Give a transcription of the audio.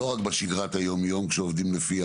לא רק בשגרת היום-יום כשעובדים לפי